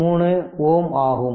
3 ohm ஆகும்